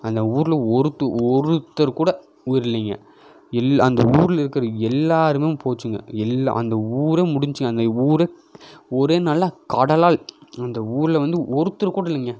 அந்த ஊரில் ஒருத்து ஒருத்தர் கூட இல்லைங்க இல் அந்த ஊரில் இருக்கிற எல்லாேருமே போச்சுங்க எல்லாம் அந்த ஊரே முடிஞ்சுச்சுங்க அந்த ஊர் ஒரே நாளில் கடலால் அந்த ஊரில் வந்து ஒருத்தர் கூட இல்லைங்க